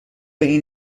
این